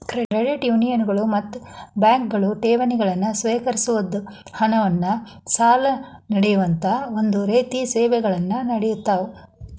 credit ಯೂನಿಯನ್ಗಳು ಮತ್ತ ಬ್ಯಾಂಕ್ಗಳು ಠೇವಣಿಗಳನ್ನ ಸ್ವೇಕರಿಸೊದ್, ಹಣವನ್ನ್ ಸಾಲ ನೇಡೊಅಂತಾ ಒಂದ ರೇತಿ ಸೇವೆಗಳನ್ನ ನೇಡತಾವ